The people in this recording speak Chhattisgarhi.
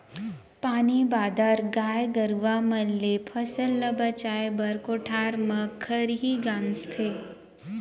पानी बादर, गाय गरूवा मन ले फसल ल बचाए बर कोठार म खरही गांजथें